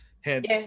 Hence